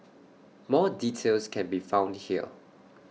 more details can be found here